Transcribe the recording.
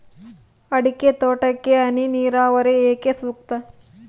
ಅಡಿಕೆ ತೋಟಕ್ಕೆ ಹನಿ ನೇರಾವರಿಯೇ ಏಕೆ ಸೂಕ್ತ?